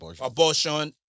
abortion